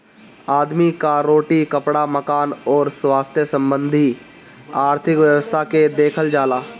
आदमी कअ रोटी, कपड़ा, मकान अउरी स्वास्थ्य संबंधी आर्थिक व्यवस्था के देखल जाला